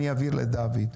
אני אעביר לדוד.